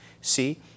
See